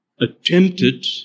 attempted